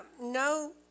no